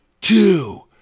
two